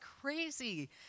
crazy